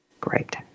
Great